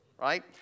Right